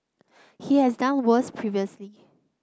he has done worse previously